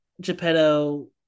Geppetto